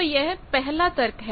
तो यह पहला तर्क है